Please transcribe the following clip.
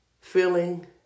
feeling